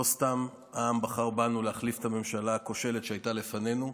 לא סתם העם בחר בנו להחליף את הממשלה הכושלת שהייתה לפנינו,